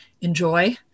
enjoy